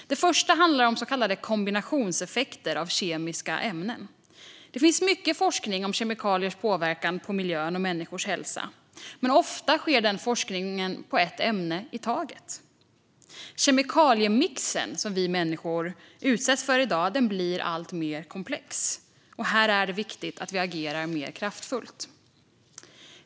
Det första handlar om så kallade kombinationseffekter av kemiska ämnen. Det finns mycket forskning om kemikaliers påverkan på miljön och människors hälsa. Men ofta sker den forskningen på ett ämne i taget. Den kemikaliemix som vi människor utsätts för blir alltmer komplex. Här är det viktigt att vi agerar mer kraftfullt.